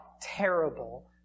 terrible